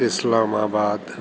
Islamabad